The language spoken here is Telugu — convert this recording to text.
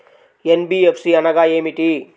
ఎన్.బీ.ఎఫ్.సి అనగా ఏమిటీ?